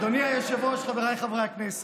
אדוני היושב-ראש, חבריי חברי הכנסת,